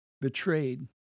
betrayed